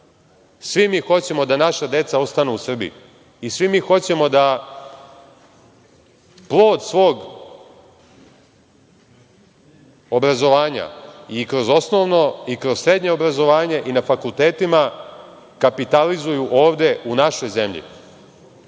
Svi mi hoćemo da naša deca ostanu u Srbiji i svi mi hoćemo da plod svog obrazovanja, i kroz osnovno i kroz srednje obrazovanje i na fakultetima, kapitalizuju ovde, u našoj zemlji.